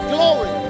Glory